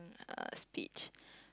uh speech